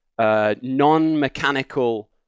non-mechanical